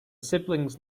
siblings